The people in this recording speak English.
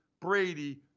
Brady